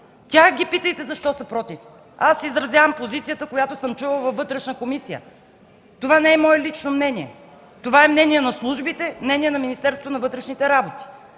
Тях ги питайте, защо са против. Аз изразявам позицията, която съм чула във Вътрешна комисия. Това не е мое лично мнение. Това е мнение на службите, мнение на Министерството на вътрешните работи.